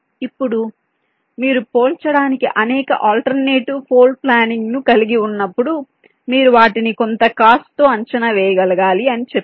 ఇప్పుడు మీరు పోల్చడానికి అనేక ఆల్టార్నేటివ్ ఫ్లోర్ ప్లానింగ్ ను కలిగి ఉన్నప్పుడు మీరు వాటిని కొంత కాస్ట్ తో అంచనా వేయగలగాలి అని చెప్పాను